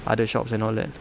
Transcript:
other shops and all that